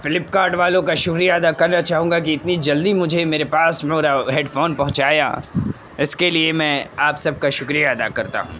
flip cart والوں کا شکریہ ادا کرنا چاہوں گا کہ اتنی جلدی مجھے میرے پاس میرا ہیڈ فون پہنچایا اس کے لیے میں آپ سب کا شکریہ ادا کرتا ہوں